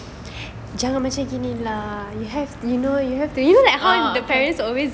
ah